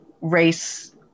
race